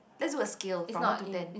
let's do a scale from one to ten